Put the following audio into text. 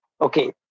Okay